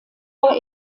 war